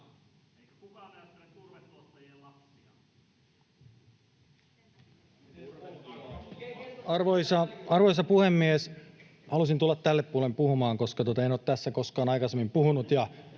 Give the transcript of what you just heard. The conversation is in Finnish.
Arvoisa puhemies! Halusin tulla tälle oikealle puolen puhumaan, koska en ole tässä koskaan aikaisemmin puhunut,